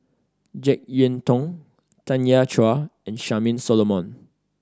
Jek Yeun Thong Tanya Chua and Charmaine Solomon